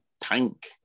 tank